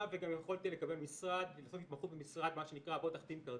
וגם יכולתי לקבל התמחות במשרד של מה שנקרא: בוא תחתים כרטיס.